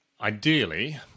ideally